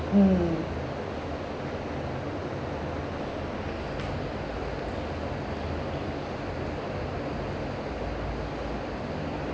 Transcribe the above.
mm